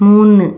മൂന്ന്